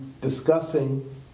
discussing